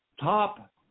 top